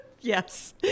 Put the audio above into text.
Yes